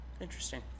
Interesting